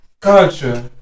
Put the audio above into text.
culture